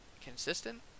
consistent